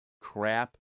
crap